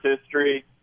history